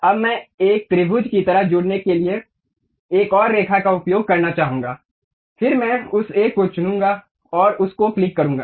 अब मैं एक त्रिभुज की तरह जुड़ने के लिए एक और रेखा का उपयोग करना चाहूंगा फिर मैं उस एक को चुनूंगा और उस एक को क्लिक करूंगा